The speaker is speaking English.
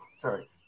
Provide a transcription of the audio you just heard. Sorry